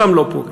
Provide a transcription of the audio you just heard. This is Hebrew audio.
בהם לא פוגעים.